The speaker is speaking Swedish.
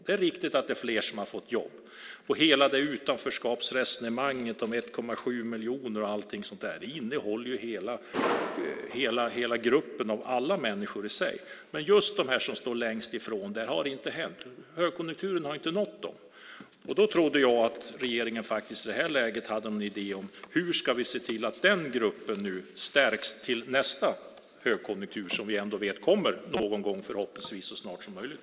Det är riktigt att det är fler som har fått jobb. Det förs ett utanförskapsresonemang om 1,7 miljoner eller någonting sådant. Det innehåller alla människor i hela gruppen. Men det har inte hänt något för den grupp som står längst ifrån. Högkonjunkturen har inte nått de människorna. Jag trodde att regeringen i det här läget hade någon idé. Hur ska vi se till att den gruppen stärks till nästa högkonjunktur som vi ändå vet kommer någon gång och förhoppningsvis så snart som möjligt?